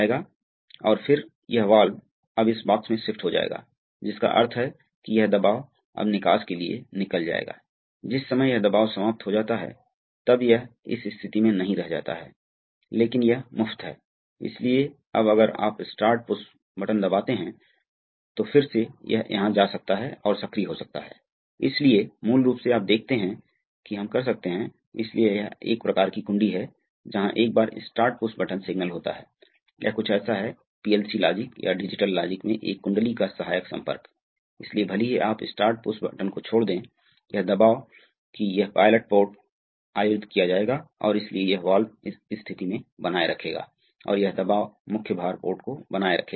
तो अतः गति गिर जाएगी और अतः यह होगा यह अभी भी दबाव को संभालने में सक्षम होगा ठीक है अतः अंत में यदि उच्च बल की आवश्यकता है तो यह इस वाल्व से बदल जाएगा एक पारंपरिक पुनर्संरचना सर्किट के लिए एक पुनर्योजी सर्किट दूसरी स्थिति में यह क्या होगा दूसरी स्थिति में दूसरी स्थिति में यह बहुत ही सरल है यह यहाँ होगा